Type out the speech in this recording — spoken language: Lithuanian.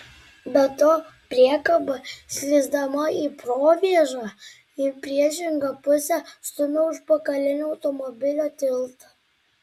be to priekaba slysdama į provėžą į priešingą pusę stumia užpakalinį automobilio tiltą